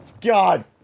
God